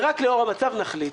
ורק לאור המצב נחליט.